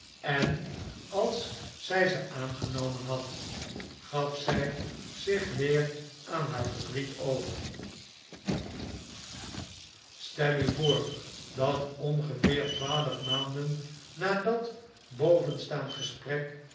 en als zij ze aangenomen had gaf zij zich weer aan haar verdriet over stel u voor dat ongeveer twaalf maanden nadat bovenstaand gesprek